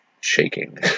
shaking